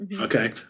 Okay